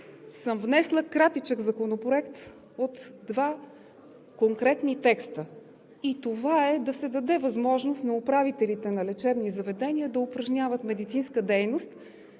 съм внесла кратичък законопроект от два конкретни текста. И това е да се даде възможност на управителите на лечебни заведения да упражняват медицинска дейност